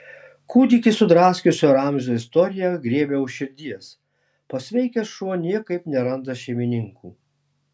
kūdikį sudraskiusio ramzio istorija griebia už širdies pasveikęs šuo niekaip neranda šeimininkų